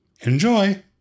Enjoy